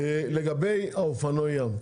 לגבי אופנועי ים,